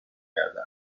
کرده